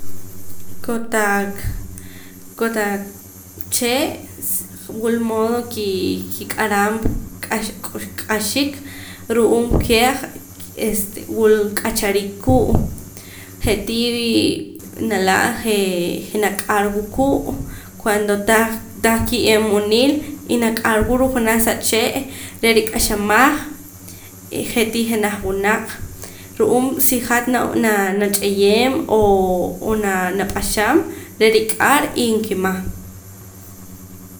Kotaq kotaq chee' wul modo kii kik'aram k'ax k'ux k'axik ru'uum kej este wul k'achariik kuu' je'tii nala' jee' naka'rwa kuu' cuando tah tah kiye'eem munil y naq'arwa ruu' junaj sa chee' reh rik'axamaj je'tii jenaj wunaq ru'uum si hat nab'an nach'iyem o nap'axam reh rik'ar y nkima